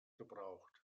gebraucht